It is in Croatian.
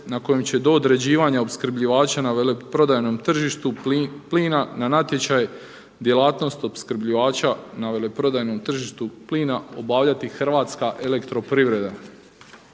na kojem će do određivanja opskrbljivača na veleprodajnom tržištu plina na natječaj djelatnost opskrbljivača na veleprodajnom tržištu plina obavljati HEP. Također operator